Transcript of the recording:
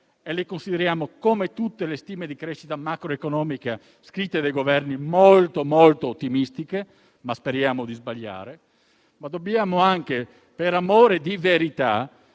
e le consideriamo - come tutte le stime di crescita macroeconomica scritte dai Governi - molto ottimistiche, e speriamo di sbagliare. Ma dobbiamo anche - per amore di verità